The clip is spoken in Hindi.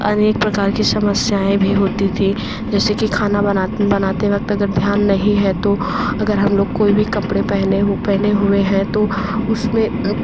अनेक प्रकार की समस्याएँ भी होती थी जैसे कि खाना बनाते वक्त अगर ध्यान नहीं है तो अगर हम लोग कोई भी कपड़े पहने हो पहने हुए हैं तो उसमें